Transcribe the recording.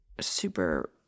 super